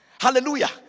Hallelujah